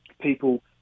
people